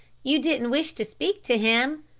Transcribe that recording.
you didn't wish to speak to him?